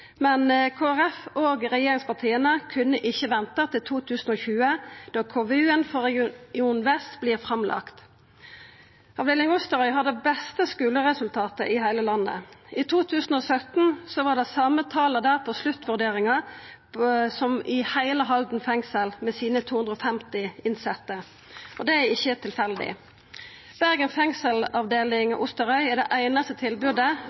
Men Kristeleg Folkeparti og regjeringspartia kunne ikkje venta til 2020, da KVU-en for region vest vert lagd fram. Avdeling Osterøy har det beste skuleresultatet i heile landet. I 2017 var det same talet der på sluttvurderingar som i heile Halden fengsel, med sine 250 innsette. Det er ikkje tilfeldig. Bergen fengsel avdeling Osterøy er det einaste tilbodet